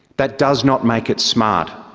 that does not make it smart.